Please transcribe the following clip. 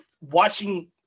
Watching